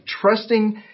trusting